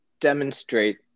demonstrate